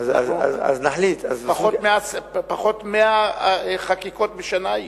יהיו פחות מ-100 חקיקות בשנה.